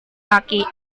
kaki